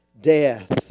death